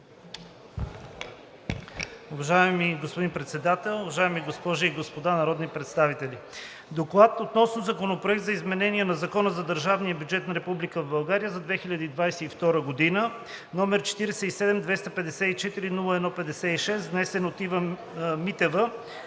Уважаеми господин Председател, уважаеми госпожи и господа народни представители! „ДОКЛАД | относно Законопроект за изменение на Закона за държавния бюджет на Република България за 2022 г., № 47-254-01-56, внесен от Ива Митева